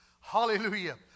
hallelujah